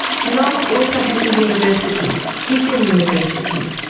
geelong also has a university, deakin university.